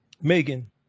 Megan